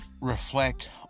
reflect